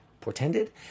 portended